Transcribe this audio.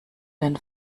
den